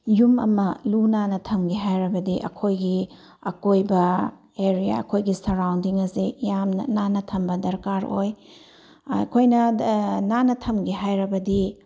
ꯌꯨꯝ ꯑꯃ ꯂꯨ ꯅꯥꯟꯅ ꯊꯝꯒꯦ ꯍꯥꯏꯔꯕꯗꯤ ꯑꯩꯈꯣꯏꯒꯤ ꯑꯀꯣꯏꯕ ꯑꯦꯔꯤꯌꯥ ꯑꯩꯈꯣꯏꯒꯤ ꯁꯔꯥꯎꯟꯗꯤꯡ ꯑꯁꯦ ꯌꯥꯝꯅ ꯅꯥꯟꯅ ꯊꯝꯕ ꯗꯔꯀꯥꯔ ꯑꯣꯏ ꯑꯩꯈꯣꯏꯅ ꯅꯥꯟꯅ ꯊꯝꯒꯦ ꯍꯥꯏꯔꯕꯗꯤ